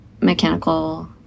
mechanical